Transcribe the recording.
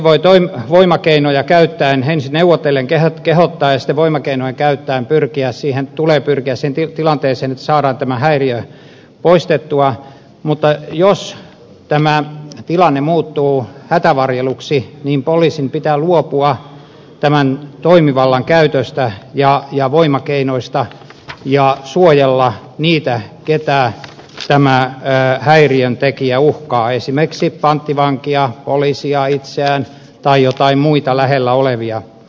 poliisin tulee ensin neuvotellen kehottaa ja sitten voimakeinoja käyttäen pyrkiä siihen tilanteeseen että saadaan tämä häiriö poistettua mutta jos tämä tilanne muuttuu hätävarjeluksi niin poliisin pitää luopua tämän toimivallan käytöstä ja voimakeinoista ja suojella niitä joita tämä häiriöntekijä uhkaa esimerkiksi panttivankia poliisia itseään tai joitain muita lähellä olevia